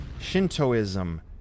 Shintoism